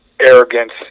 arrogance